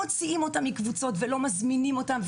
מוציאים אותם מקבוצות, לא מזמינים אותם.